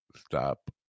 Stop